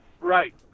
Right